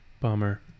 Bummer